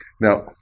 now